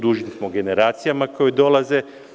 Dužni smo generacijama koje dolaze.